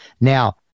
Now